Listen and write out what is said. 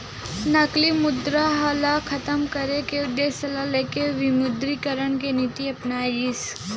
नकली मुद्रा ल खतम करे के उद्देश्य ल लेके विमुद्रीकरन के नीति अपनाए गिस